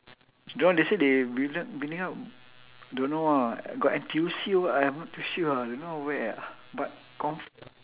don't know they say they building up building up don't know ah got N_T_U_C or what I'm not too sure ah don't know where ah but con~